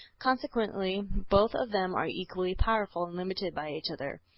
consequently, both of them are equally powerful, and limited by each other.